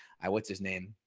i what's his name?